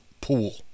pool